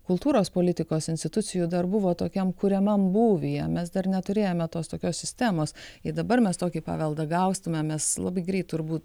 kultūros politikos institucijų dar buvo tokiam kuriamam būvyje mes dar neturėjome tos tokios sistemos ir dabar mes tokį paveldą gausime mes labai greit turbūt